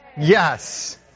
Yes